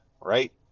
right